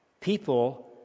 people